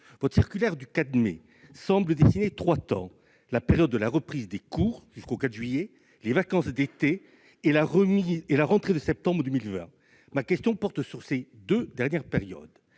Votre circulaire du 4 mai dernier semble dessiner trois temps : la période de la reprise des cours, jusqu'au 4 juillet ; les vacances d'été ; la rentrée de septembre prochain. Ma question porte sur les deux dernières périodes.